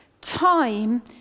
time